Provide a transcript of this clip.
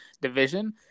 division